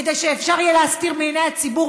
כדי שאפשר יהיה להסתיר מעיני הציבור